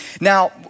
Now